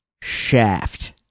Shaft